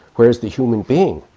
whereas the human being,